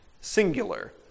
Singular